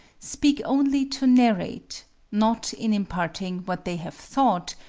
speak only to narrate not in imparting what they have thought,